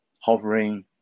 hovering